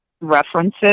references